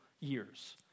years